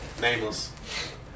nameless